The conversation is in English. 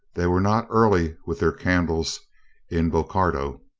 they were not early with their candles in bocardo.